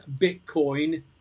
Bitcoin